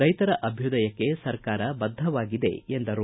ರೈತರು ಅಭ್ಯದಯಕ್ಕೆ ಸರ್ಕಾರ ಬದ್ಧವಾಗಿದೆ ಎಂದರು